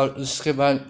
और उसके बाद